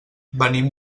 venim